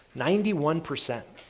ninety one percent.